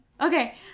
Okay